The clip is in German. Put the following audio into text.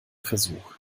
versuch